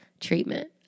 treatment